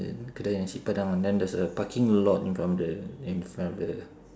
kedai nasi padang then there's a parking lot in from the in front of the